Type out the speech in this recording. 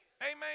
Amen